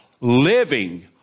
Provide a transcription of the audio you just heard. living